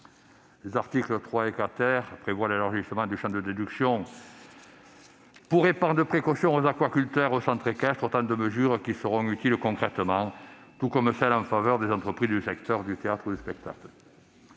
L'article 3 prévoit l'élargissement du champ de la déduction pour épargne de précaution aux aquaculteurs et aux centres équestres, autant de mesures qui seront utiles concrètement, tout comme celles qui sont prises en faveur des entreprises du secteur du théâtre ou du spectacle,